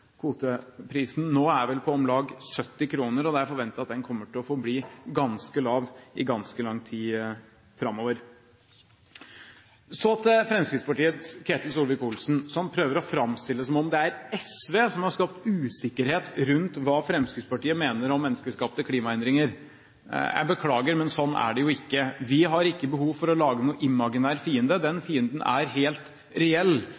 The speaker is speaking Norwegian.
Kvoteprisen nå er vel på om lag 70 kr, og det er forventet at den kommer til å forbli ganske lav i ganske lang tid framover. Så til Fremskrittspartiets Ketil Solvik-Olsen, som prøver å framstille det som om det er SV som har skapt usikkerhet rundt hva Fremskrittspartiet mener om menneskeskapte klimaendringer. Jeg beklager, men sånn er det jo ikke. Vi har ikke behov for å lage noen imaginær fiende, den fienden er helt reell,